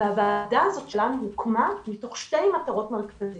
והוועדה הזאת שלנו הוקמה מתוך שתי מטרות מרכזיות.